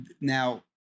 Now